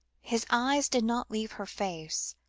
his eyes did not leave her face,